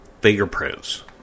Fingerprints